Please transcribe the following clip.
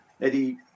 Eddie